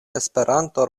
esperanto